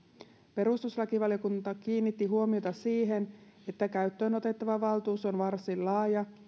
perustuslakivaliokunta kiinnitti huomiota siihen että käyttöönotettava valtuus on varsin laaja